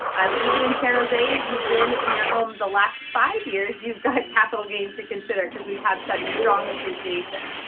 um even in san jose, if you've been in your home the last five years, you've got capital gains to consider because we've had such strong appreciation.